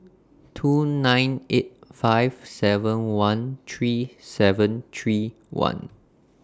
two nine eight five seven one three seven three one